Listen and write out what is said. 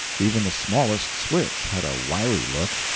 even the smallest switch had a wiry look.